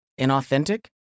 inauthentic